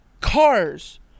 cars